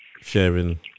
sharing